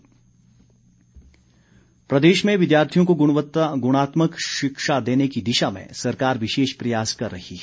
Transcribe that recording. किशन कप्र प्रदेश में विद्यार्थियों को गुणात्मक शिक्षा देने की दिशा में सरकार विशेष प्रयास कर रही है